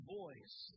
voice